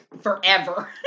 forever